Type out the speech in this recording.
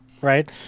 right